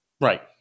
Right